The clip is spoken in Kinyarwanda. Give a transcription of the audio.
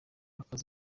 akaze